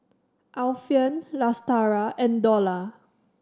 Alfian Lestari and Dollah